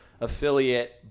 affiliate